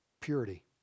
purity